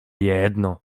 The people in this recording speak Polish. jedno